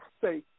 say